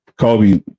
Kobe